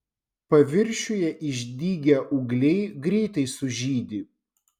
paviršiuje išdygę ūgliai greitai sužydi